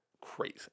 crazy